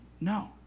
No